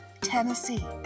Tennessee